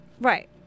Right